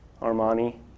Armani